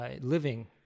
living